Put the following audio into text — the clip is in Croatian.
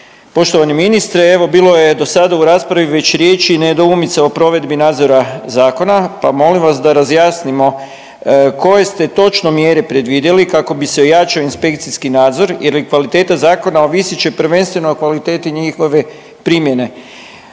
Poštovani ministre, evo bilo je do sada u raspravi već riječi i nedoumica o provedbi nadzora zakona, pa molim vas da razjasnimo koje ste točno mjere predvidjeli kako bi se ojačao inspekcijski nadzor jer i kvaliteta zakona ovisit će prvenstveno o kvaliteti njihove primjene